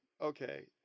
okay